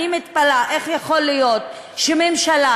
אני מתפלאה איך יכול להיות שממשלה,